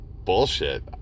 Bullshit